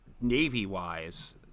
navy-wise